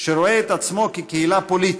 שרואה את עצמו כקהילה פוליטית,